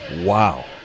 Wow